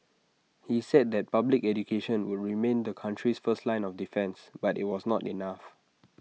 he said that public education would remain the country's first line of defence but IT was not enough